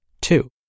Two